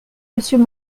monsieur